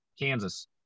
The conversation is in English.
Kansas